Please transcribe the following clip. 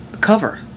cover